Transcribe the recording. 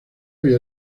había